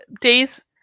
days